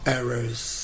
Errors